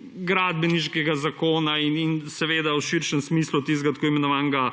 gradbeniškega zakona in seveda, v širšem smislu, tistega tako imenovanega